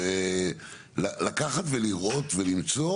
לקחת ולראות ולמצוא